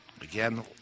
Again